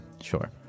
Sure